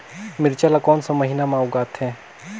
मिरचा ला कोन सा महीन मां उगथे?